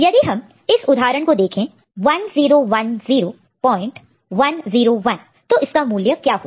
यदि हम इस उदाहरण को देखें 1010101 तो इसका मूल्य क्या होगा